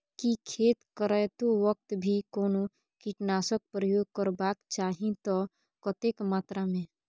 की खेत करैतो वक्त भी कोनो कीटनासक प्रयोग करबाक चाही त कतेक मात्रा में?